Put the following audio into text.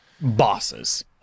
bosses